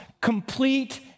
complete